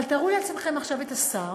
אבל תארו לעצמכם עכשיו את השר